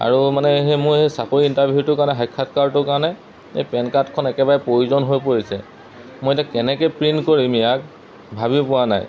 আৰু মানে সেই মোৰ এই চাকৰি ইণ্টাৰভিউটোৰ কাৰণে সাক্ষাৎকাৰটোৰ কাৰণে এই পেন কাৰ্ডখন একেবাৰে প্ৰয়োজন হৈ পৰিছে মই এতিয়া কেনেকৈ প্ৰিণ্ট কৰিম ইয়াক ভাবি পোৱা নাই